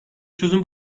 çözüm